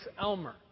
Elmer